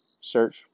Search